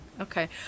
okay